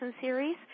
series